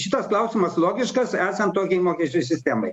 šitas klausimas logiškas esan tokiai mokesčių sistemai